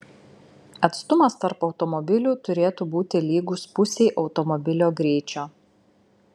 atstumas tarp automobilių turėtų būti lygus pusei automobilio greičio